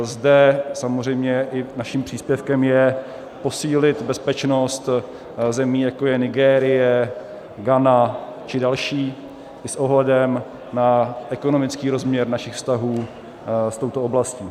Zde samozřejmě i naším příspěvkem je posílit bezpečnost zemí, jako je Nigérie, Ghana či další, i s ohledem na ekonomický rozměr našich vztahů s touto oblastí.